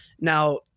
Now